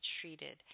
treated